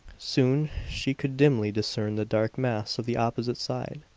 soon she could dimly discern the dark mass of the opposite side.